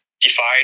Defied